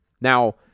Now